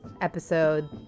episode